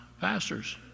pastors